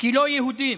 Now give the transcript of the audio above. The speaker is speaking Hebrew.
כלא יהודים,